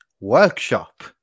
workshop